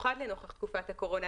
במיוחד לנוכח תקופת הקורונה,